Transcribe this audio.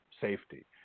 safety